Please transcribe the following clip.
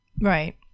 right